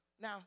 Now